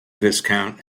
viscount